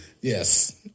yes